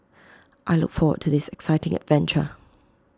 I look forward to this exciting venture